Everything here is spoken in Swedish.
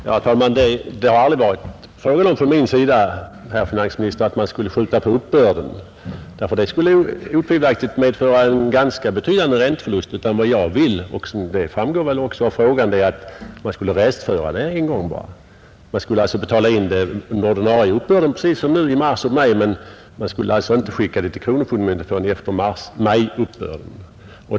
Herr talman! Det har aldrig från min sida, herr finansminister, varit fråga om att man skulle skjuta på uppbörden, ty det skulle otvivelaktigt medföra en ganska betydande ränteförlust. Vad jag vill — och det framgår väl även av frågan — är att man skulle restföra bara en gång. Man skulle betala in den ordinarie uppbörden precis som nu i mars och maj, men man skulle alltså inte föra de obetalda posterna till kronofogdemyndigheten förrän efter majuppbörden.